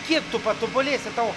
kiek tu patobulėsi tavo